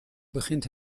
begint